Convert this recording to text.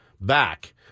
back